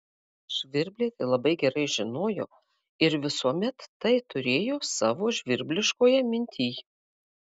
žvirbliai tai labai gerai žinojo ir visuomet tai turėjo savo žvirbliškoje mintyj